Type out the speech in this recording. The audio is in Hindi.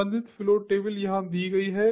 संबंधित फ्लो टेबल यहां दी गई है